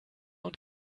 und